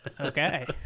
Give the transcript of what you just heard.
Okay